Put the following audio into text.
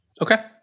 Okay